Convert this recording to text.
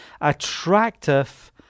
attractive